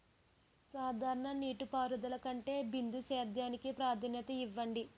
సాధారణ నీటిపారుదల కంటే బిందు సేద్యానికి ప్రాధాన్యత ఇవ్వండి